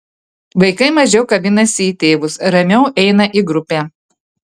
vaikai mažiau kabinasi į tėvus ramiau eina į grupę